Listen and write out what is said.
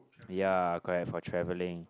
ya correct for travelling